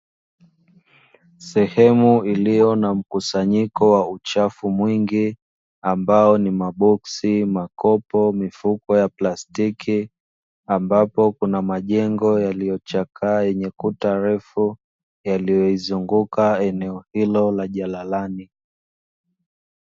Sehemu iliyo na mkusanyiko wa uchafu mwingi, ambao ni maboksi, makopo, mifuko ya plastiki, ambapo kuna majengo yaliyochakaa yenye kuta refu yaliyoizunguka eneo hilo la jalalani.